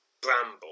bramble